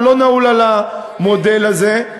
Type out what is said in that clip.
אני לא נעול על המודל הזה,